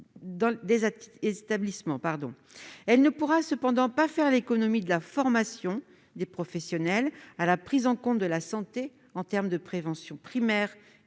Elle ne pourra cependant pas faire l'économie de la formation des professionnels à la prise en compte de la santé en termes de prévention primaire et secondaire,